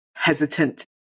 hesitant